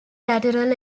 lateral